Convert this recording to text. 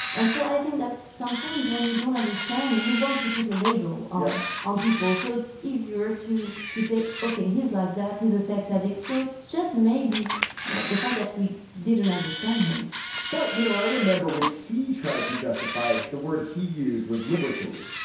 and so i think that sometimes when you don't understand you want to put a label ah on people so it's easier to to say okay. he's like that he's a sex addict so it's just maybe the the fact that we didn't understand him but you know i remember when he tried to justify it. the word he used was libertine.